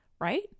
right